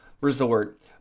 resort